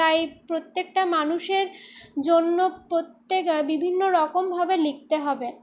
তাই প্রত্যেকটা মানুষের জন্য প্রত্যেক বিভিন্ন রকমভাবে লিখতে হবে